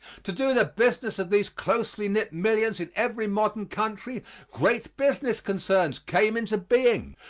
to do the business of these closely knit millions in every modern country great business concerns came into being.